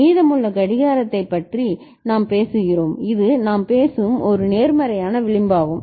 மீதமுள்ள கடிகாரத்தைப் பற்றி நாம் பேசுகிறோம் இது நாம் பேசும் ஒரு நேர்மறையான விளிம்பாகும்